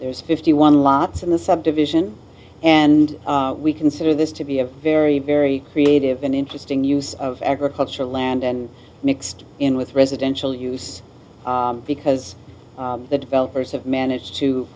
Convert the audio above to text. there's fifty one lots in the subdivision and we consider this to be a very very creative and interesting use of agricultural land and mixed in with residential use because the developers have managed to